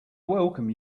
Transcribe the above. welcome